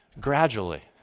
gradually